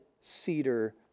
cedar